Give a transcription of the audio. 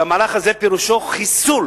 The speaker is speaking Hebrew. שהמהלך הזה פירושו חיסול